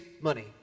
money